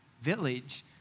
village